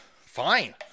Fine